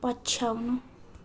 पछ्याउनु